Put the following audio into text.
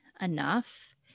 enough